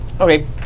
Okay